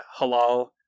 halal